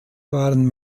waren